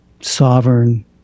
sovereign